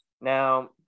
Now